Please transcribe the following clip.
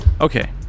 Okay